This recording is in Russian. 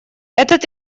этот